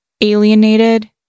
alienated